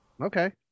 Okay